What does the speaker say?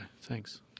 thanks